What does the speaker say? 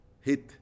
hit